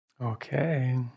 Okay